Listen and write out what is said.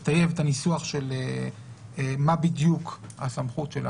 לטייב את הניסוח של מה בדיוק הסמכות.